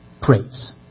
praise